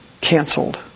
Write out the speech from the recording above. canceled